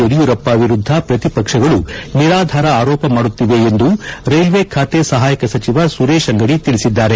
ಯಡಿಯೂರಪ್ಪ ವಿರುದ್ಧ ಪ್ರತಿಪಕ್ಷಗಳು ನಿರಾಧಾರ ಆರೋಪ ಮಾಡುತ್ತಿವೆ ಎಂದು ರೈಲ್ವೆ ಖಾತೆ ಸಹಾಯಕ ಸಚಿವ ಸುರೇಶ್ ಅಂಗಡಿ ತಿಳಿಸಿದ್ದಾರೆ